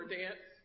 dance